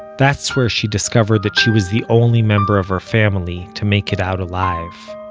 that's where she discovered that she was the only member of her family to make it out alive.